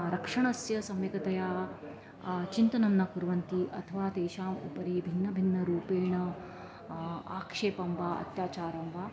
रक्षणस्य सम्यकतया चिन्तनं न कुर्वन्ति अथवा तेषाम् उपरि भिन्नभिन्नरूपेण आक्षेपं वा अत्याचारं वा